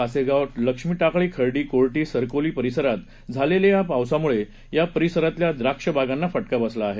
कासेगाव लक्ष्मीटाकळी खर्डी कोर्टी सरकोली परिसरात झालेल्या या पावसामुळे या परिसरातल्या द्राक्ष बागांना फटका बसला आहे